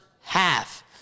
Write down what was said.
half